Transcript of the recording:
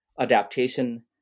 adaptation